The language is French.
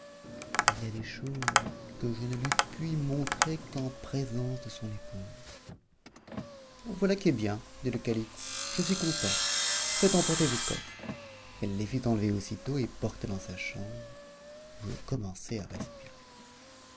il y a des choses que je ne lui puis montrer qu'en présence de son épouse voilà qui est bien dit le calife je suis content faites emporter vos coffres elle les fit enlever aussitôt et porter dans sa chambre où je commençai à respirer